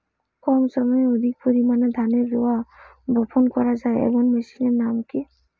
কম সময়ে অধিক পরিমাণে ধানের রোয়া বপন করা য়ায় এমন মেশিনের নাম কি?